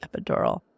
epidural